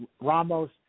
Ramos